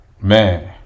Man